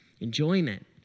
enjoyment